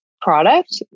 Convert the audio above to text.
product